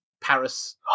paris